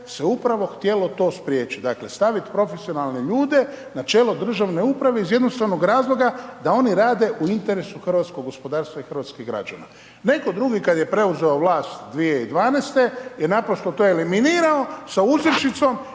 hrvatskog gospodarstva i hrvatskih građana.